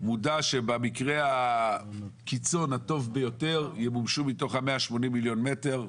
מודע שבמקרה הקיצון הטוב ביותר ימומשו מתוך ה-180 מיליון מטר,